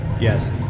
yes